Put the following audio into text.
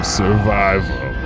survival